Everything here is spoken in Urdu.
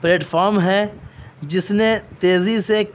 پلیٹفام ہیں جس نے تیزی سے